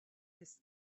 this